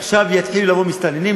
עכשיו יתחילו לבוא מסתננים,